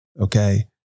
okay